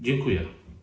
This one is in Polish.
Dziękuję.